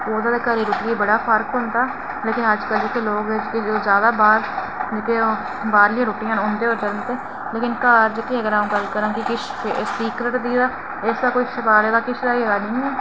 ओह्दे ते घरै दी रुट्टियै च बड़ा फर्क होंदा पर जेह्ड़ा अज्जकल दे लोक जादै बाहर लेकिन बाहरलियां रुट्टियां न ओह् खाई ओड़दे पर घर दी गल्ल करां ते किश सीक्रेट बी ऐ ते इसलदा किश शकारै दा किश निं ऐ